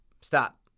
Stop